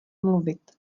mluvit